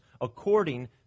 according